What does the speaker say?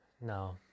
No